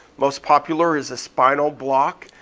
most popular is a spinal block.